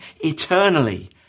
eternally